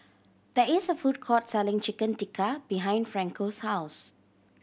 there is a food court selling Chicken Tikka behind Franco's house